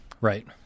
Right